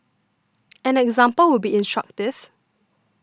an example would be instructive